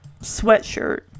sweatshirt